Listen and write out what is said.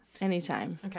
Anytime